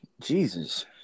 Jesus